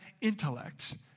intellect